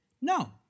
No